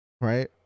right